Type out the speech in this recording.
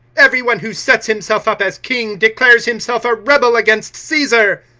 every one who sets himself up as king declares himself a rebel against caesar.